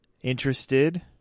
interested